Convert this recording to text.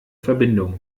verbindung